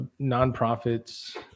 nonprofits